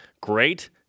great